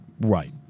Right